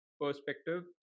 perspective